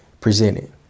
presented